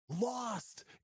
lost